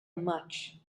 much